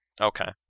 Okay